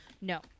No